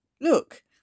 Look